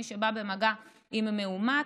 מי שבא במגע עם מאומת.